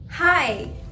Hi